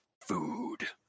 food